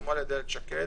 פורסמו על-ידי אילת שקד.